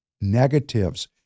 negatives